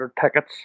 tickets